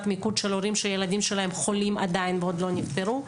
מיקוד של הורים שהילדים שלהם חולים עדיין ועוד לא נפטרו,